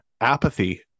apathy